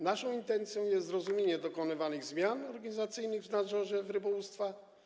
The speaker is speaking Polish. Naszą intencją jest zrozumienie dokonywanych zmian organizacyjnych w nadzorze rybołówstwa.